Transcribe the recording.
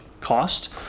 cost